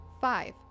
Five